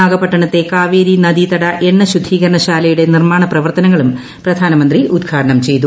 നാഗപട്ടണത്തെ കാവേരി നദീതട എണ്ണ ശുദ്ധീകരണ ശാലയുടെ നിർമ്മാണ പ്രവർത്തനങ്ങളും പ്രധാനമന്ത്രി ഉദ്ഘാടനം ചെയ്തു